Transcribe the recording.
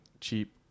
cheap